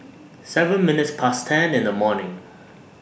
seven minutes Past ten in The morning